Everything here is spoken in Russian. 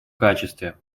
качестве